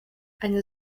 eine